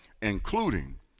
including